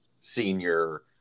senior